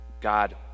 God